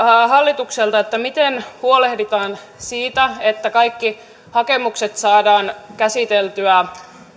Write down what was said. hallitukselta miten huolehditaan siitä että kaikki hakemukset saadaan käsiteltyä